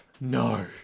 No